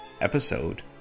episode